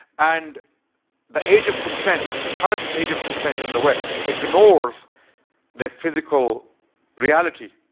and the age of consent, current age of consent in the west ignores the physical reality.